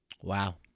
Wow